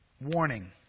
Warning